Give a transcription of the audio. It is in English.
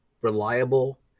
reliable